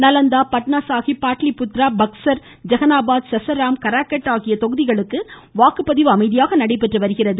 நலந்தா பாட்னாசாஹிப் பாடலிப்புத்ரா பக்ஸர் ஜெகனாபாத் சஸாராம் கராகட் ஆகிய தொகுதிகளுக்கு வாக்குப்பதிவு அமைதியாக நடைபெற்று வருகிறது